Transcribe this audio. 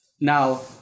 now